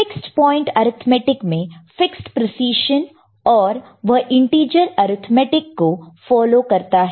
fixed point arithmetic में fixed precision और वह इंटीजर अर्थमैटिक को फॉलो करता है